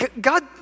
God